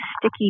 sticky